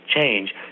change